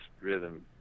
rhythm